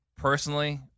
Personally